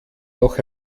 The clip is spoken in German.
noch